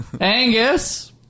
Angus